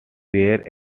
were